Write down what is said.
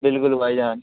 بالکل بھائی جان